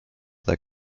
that